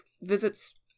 visits